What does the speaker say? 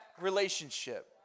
relationship